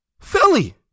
Philly